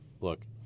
look